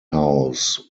house